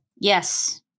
Yes